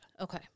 Okay